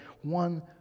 One